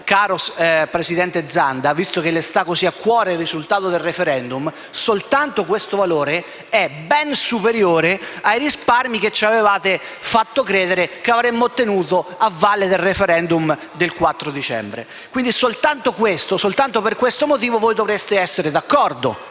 caro presidente Zanda, visto che le sta così a cuore il risultato del *referendum* - soltanto questo valore è ben superiore ai risparmi che ci avevate fatto credere che avremmo ottenuto a valle del*referendum* del 4 dicembre. Quindi, già solo per questo motivo dovreste essere d'accordo,